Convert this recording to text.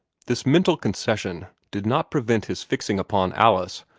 this mental concession did not prevent his fixing upon alice,